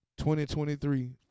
2023